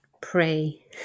pray